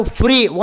free